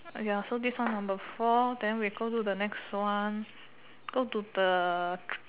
ya so this one number four then we go to the next one go to the